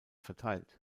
verteilt